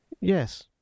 yes